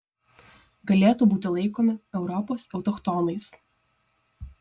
galėtų būti laikomi europos autochtonais